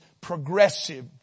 progressive